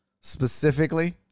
specifically